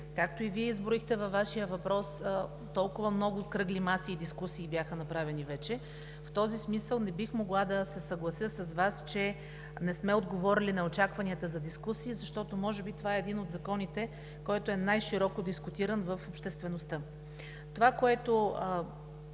както и Вие изброихте във Вашия въпрос, толкова много кръгли маси и дискусии бяха направени вече, в този смисъл не бих могла да се съглася с Вас, че не сме отговорили на очакванията за дискусия, защото може би това е един от законите, който е най широко дискутиран в обществеността. Това, което